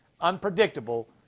unpredictable